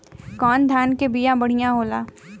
कौन धान के बिया बढ़ियां होला?